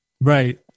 Right